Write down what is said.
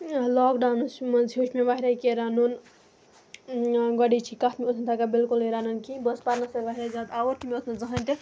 لاکڈاونَس منٛز ہیوٚچھ مےٚ واریاہ کینٛہہ رَنُن گۄڈٕنچی کَتھ مےٚ اوس نہٕ تَگان بلکُلٕے رَنُن کِہیٖنۍ بہٕ ٲسٕس پَرنَس سۭتۍ واریاہ زیادٕ آوُر تہٕ مےٚ اوس نہٕ زٕہٕنۍ تہِ